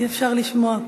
אי-אפשר לשמוע פה.